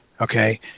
okay